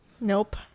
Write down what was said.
nope